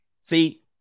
See